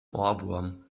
ohrwurm